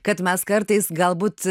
kad mes kartais galbūt